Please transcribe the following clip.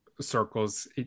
circles